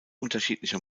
unterschiedlicher